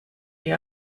die